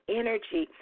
energy